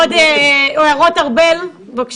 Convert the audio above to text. ארבל, הערות?